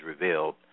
revealed